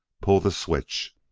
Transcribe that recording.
pull the switch.